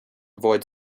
avoid